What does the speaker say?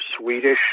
Swedish